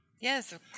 Yes